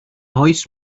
oes